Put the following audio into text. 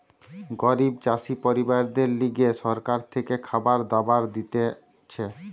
গরিব চাষি পরিবারদের লিগে সরকার থেকে খাবার দাবার দিতেছে